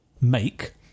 make